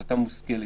החלטה מושכלת,